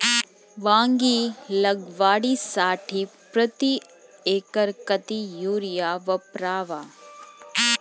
वांगी लागवडीसाठी प्रति एकर किती युरिया वापरावा?